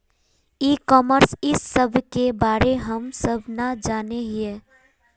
ई commerce इस सब के बारे हम सब ना जाने हीये?